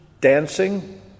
dancing